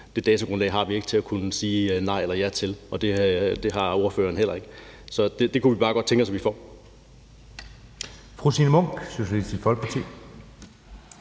ikke datagrundlaget til at kunne sige nej eller ja til det. Det har ordføreren heller ikke. Så det kunne vi bare godt tænke os at vi får.